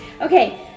Okay